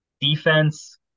defense